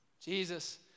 Jesus